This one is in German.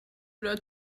oder